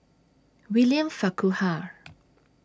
William Farquhar